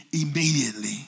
immediately